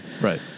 right